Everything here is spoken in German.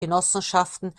genossenschaften